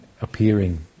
appearing